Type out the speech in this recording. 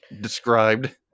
described